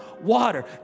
water